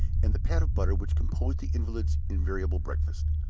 and the pat of butter which composed the invalid's invariable breakfast.